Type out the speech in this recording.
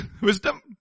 Wisdom